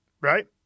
right